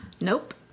Nope